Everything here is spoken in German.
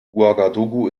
ouagadougou